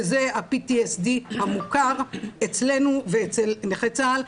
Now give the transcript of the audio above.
וזה ה-PTSD המוכר אצלנו ואצל נכי צה"ל,